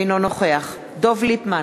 אינו נוכח דב ליפמן,